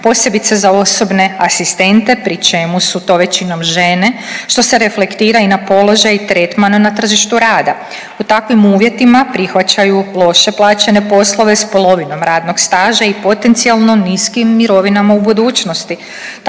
posebice za osobne asistente pri čemu su to većinom žene što se reflektira i na položaj i tretman na tržištu rada. U takvim uvjetima prihvaćaju loše plaćene poslove s polovinom radnog staža i potencijalno niskim mirovinama u budućnosti.